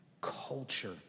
culture